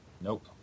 Nope